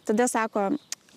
tada sako